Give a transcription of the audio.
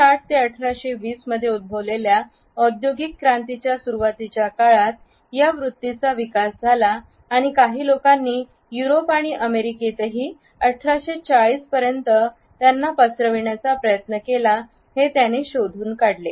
1760 ते 1820 मध्ये उद्भवलेल्या औद्योगिक क्रांतीच्या सुरुवातीच्या काळात या वृत्तीचा विकास झाला आणि काही लोकांनी युरोप आणि अमेरिकेतही 1840 पर्यंत पसरविण्याचा प्रयत्न केला हे त्याने शोधून काढले